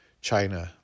China